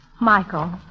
Michael